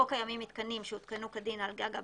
או קיימים מיתקנים שהותקנו כדין על גג הבית,